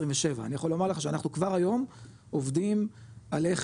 אני יכול לומר לך שאנחנו כבר היום עובדים על איך